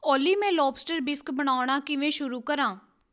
ਓਲੀ ਮੈਂ lobster bisque ਬਣਾਉਣਾ ਕਿਵੇਂ ਸ਼ੁਰੂ ਕਰਾਂ